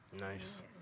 Nice